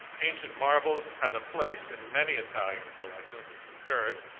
ancient marvels had a place in many italian collections as we've heard,